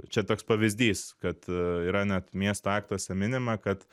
čia toks pavyzdys kad yra net miesto aktuose minima kad